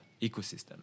ecosystem